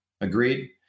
Agreed